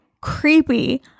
creepy